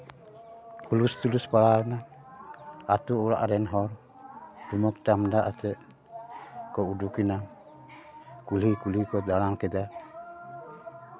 ᱦᱩᱞᱩᱥᱼᱛᱷᱩᱞᱩᱥ ᱵᱟᱲᱟᱣᱮᱱᱟ ᱟᱛᱳ ᱚᱲᱟᱜ ᱨᱮᱱ ᱦᱚᱲ ᱛᱩᱢᱫᱟᱜ ᱴᱟᱠᱟᱠ ᱟᱛᱮᱫ ᱠᱚ ᱩᱰᱩᱠᱮᱱᱟ ᱠᱩᱞᱦᱤ ᱠᱩᱞᱦᱤ ᱠᱚ ᱫᱟᱬᱟ ᱠᱮᱫᱟ